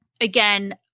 again